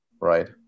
right